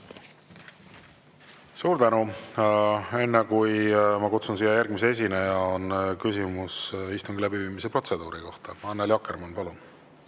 Suur tänu! Enne, kui ma kutsun siia järgmise esineja, on küsimus istungi läbiviimise protseduuri kohta. Annely Akkermann, palun!